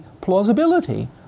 plausibility